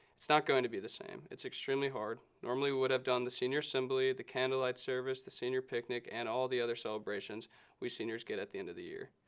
it's not going to be the same. it's extremely hard. normally we would have done the senior assembly, the candlelight service, the senior picnic and all the other celebrations we seniors get at the end of the year.